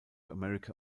america